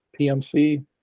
PMC